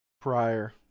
prior